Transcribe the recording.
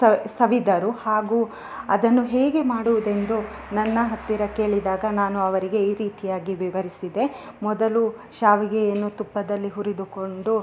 ಸ ಸವಿದರು ಹಾಗೂ ಅದನ್ನು ಹೇಗೆ ಮಾಡುವುದೆಂದು ನನ್ನ ಹತ್ತಿರ ಕೇಳಿದಾಗ ನಾನು ಅವರಿಗೆ ಈ ರೀತಿಯಾಗಿ ವಿವರಿಸಿದೆ ಮೊದಲು ಶಾವಿಗೆಯನ್ನು ತುಪ್ಪದಲ್ಲಿ ಹುರಿದುಕೊಂಡು